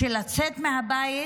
שלצאת מהבית